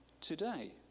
today